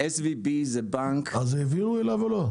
SVB זה בנק --- אז העבירו אליו או לא?